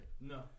No